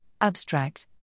Abstract